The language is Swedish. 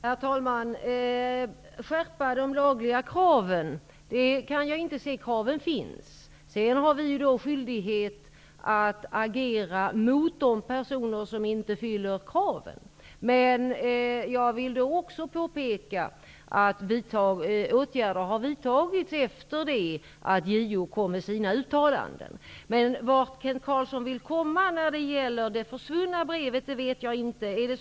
Herr talman! Jag kan inte se att vi skulle behöva skärpa de lagliga kraven. Kraven finns. Sedan har vi skyldighet att agera mot de personer som inte uppfyller kraven. Jag vill också påpeka att åtgärder har vidtagits efter det att JO kom med sina uttalanden. Jag vet inte vart Kent Carlsson vill komma när det gäller det försvunna brevet.